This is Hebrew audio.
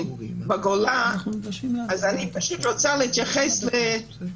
אז בצו מעצר,